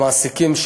למעסיקים.